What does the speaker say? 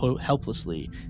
helplessly